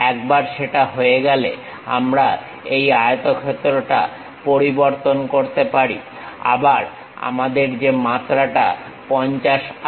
একবার সেটা হয়ে গেলে আমরা এই আয়তক্ষেত্রটা পরিবর্তন করতে পারি আবার আমাদের যে মাত্রাটা 50 আছে